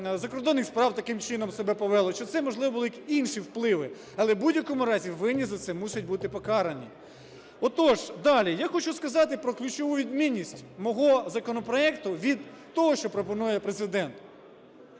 закордонних справ таким чином себе повело, чи це, можливо, були інші впливи. Але в будь-якому разі винні за це мусять бути покарані. Отож далі, я хочу сказати про ключову відмінність мого законопроекту від того, що пропонує Президент.